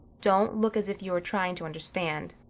don't look as if you were trying to understand.